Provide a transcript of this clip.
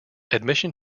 admission